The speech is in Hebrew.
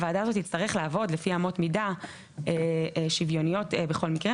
הוועדה הזאת תצטרך לעבוד לפי אמות מידה שוויוניות בכל מקרה,